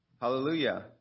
Hallelujah